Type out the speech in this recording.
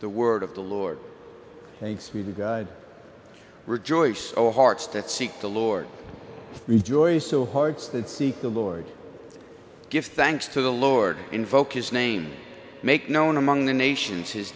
the word of the lord thanks me to god rejoice all hearts that seek the lord rejoice so hearts that seek the lord give thanks to the lord invoke his name make known among the nations h